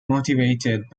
motivated